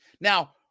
Now